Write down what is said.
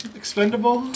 expendable